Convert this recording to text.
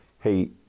hey